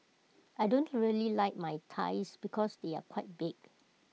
I don't really like my thighs because they are quite big